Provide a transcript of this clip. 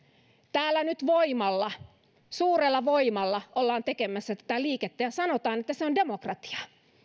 täällä nyt suurella voimalla ollaan tekemässä tätä liikettä ja sanotaan että se on demokratiaa